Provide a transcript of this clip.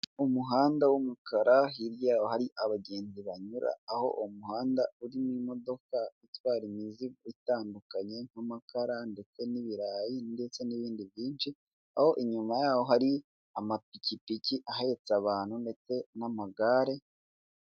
Umuhanda w'umukara hirya yawo hari abagenzi banyura, aho umuhanda uririmo imodoka itwara imizigo itandukanye nk'amakara ndetse n'ibirayi ndetse n'ibindi byinshi, aho inyuma yawo hari amapikipiki ahetse abantu ndetse n'amagare...